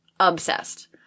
obsessed